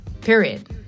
Period